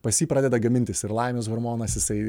pas jį pradeda gamintis ir laimės hormonas jisai